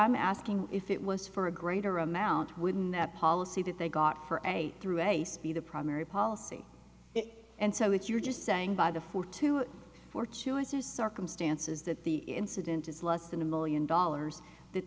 i'm asking if it was for a greater amount wouldn't that policy that they got for any through a speed of primary policy and so that you're just saying by the four to four choices circumstances that the incident is less than a million dollars that